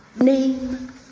Name